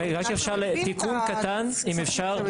רגע, רק אם אפשר תיקון קטן, אם אפשר.